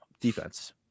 defense